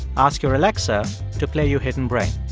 ask your alexa to play you hidden brain.